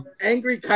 Angry